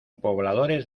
pobladores